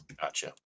gotcha